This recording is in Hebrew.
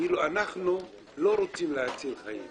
כאילו אנחנו לא רוצים להציל חיים.